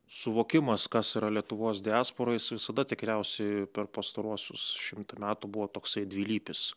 suvokimas kas yra lietuvos diaspora jis visada tikriausiai per pastaruosius šimtą metų buvo toksai dvilypis